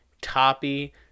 Toppy